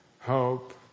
hope